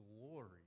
glory